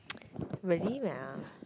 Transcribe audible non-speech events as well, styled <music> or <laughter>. <noise> really mah